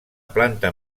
planta